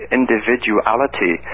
individuality